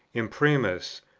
imprimis,